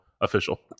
official